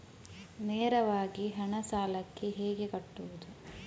ನೇರವಾಗಿ ಹಣ ಸಾಲಕ್ಕೆ ಹೇಗೆ ಕಟ್ಟುವುದು?